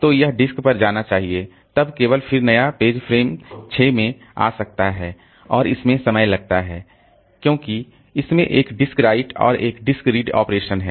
तो यह डिस्क पर जाना चाहिए तब केवल फिर नया पेज फ्रेम 6 में आ सकता है और इसमें समय लगता है क्योंकि इसमें एक डिस्क राइट और एक डिस्क रीड ऑपरेशन है